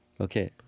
Okay